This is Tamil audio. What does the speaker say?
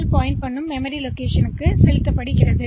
எல் சுட்டிக்காட்டிய மெமரி இருப்பிடத்தில்